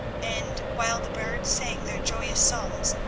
and, while the birds sang their joyous songs,